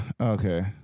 Okay